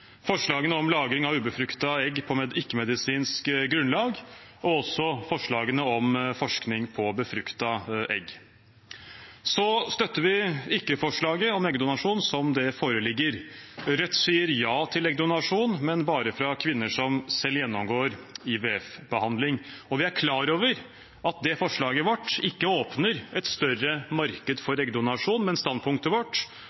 forslagene om lagring av ubefruktede egg på ikke-medisinsk grunnlag og forslagene om forskning på befruktede egg. Vi støtter ikke forslaget om eggdonasjon, som det foreligger. Rødt sier ja til eggdonasjon, men bare fra kvinner som gjennomgår IVF-behandling. Vi er klar over at vårt forslag ikke åpner et større marked